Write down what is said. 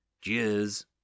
Cheers